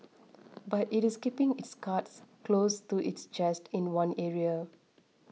but it is keeping its cards close to its chest in one area